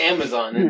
Amazon